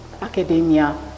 academia